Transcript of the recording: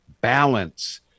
balance